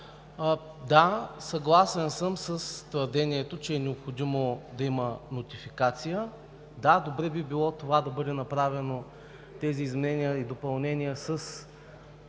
Да, съгласен съм с твърдението, че е необходимо да има нотификация. Да, добре би било тези изменения и допълнения да